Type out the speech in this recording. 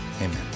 Amen